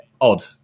odd